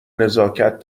نزاکت